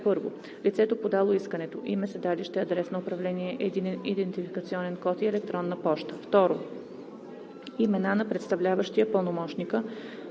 за: 1. лицето, подало искането – име, седалище, адрес на управление, единен идентификационен код и електронна поща; 2. имена на представляващия/пълномощника,